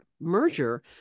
merger